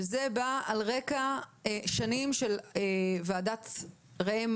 זה בא על רקע שנים של עבודת ועדת ראם